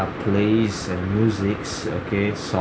uh plays and musics okay songs